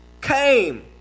came